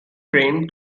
train